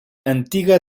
antiga